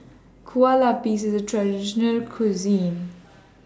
Kueh Lapis IS A Traditional Cuisine